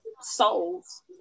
souls